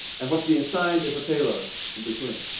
and what's being signed is the payload in between.